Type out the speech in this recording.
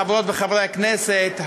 חברות וחברי הכנסת,